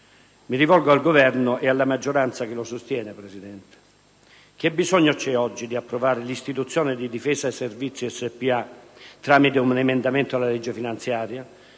Mi rivolgo al Governo e alla maggioranza che lo sostiene, Presidente. Che bisogno c'è oggi di approvare l'istituzione della società «Difesa Servizi Spa» tramite un emendamento alla legge finanziaria?